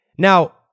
Now